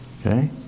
okay